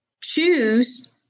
choose